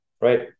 right